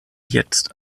jetzt